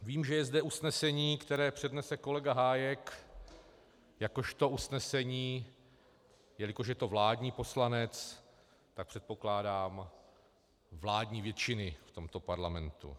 Vím, že je zde usnesení, které přednese kolega Hájek jakožto usnesení, jelikož je to vládní poslanec, předpokládám, vládní většiny v tomto parlamentu.